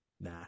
Nah